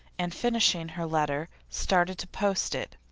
and finishing her letter, started to post it,